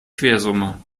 quersumme